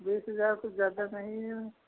बीस हज़ार कुछ ज़्यादा नहीं है